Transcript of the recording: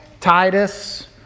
Titus